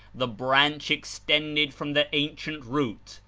the branch extended from the ancient root,